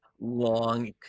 long